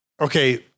okay